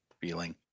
feeling